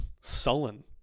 sullen